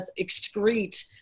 excrete